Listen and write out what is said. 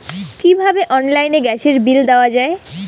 কিভাবে অনলাইনে গ্যাসের বিল দেওয়া যায়?